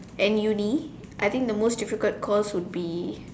and uni I think the most difficult course would be